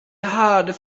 hard